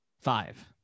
five